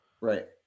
Right